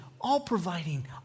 all-providing